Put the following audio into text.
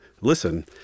listen